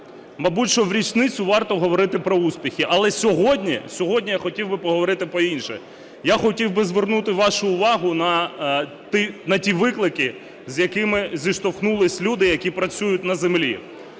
Мабуть, що в річницю варто говорити про успіхи. Але сьогодні, сьогодні я хотів би поговорити про інше. Я хотів би звернути вашу увагу на ті виклики, з якими зіштовхнулись люди, які працюють на землі,